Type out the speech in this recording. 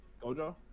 Gojo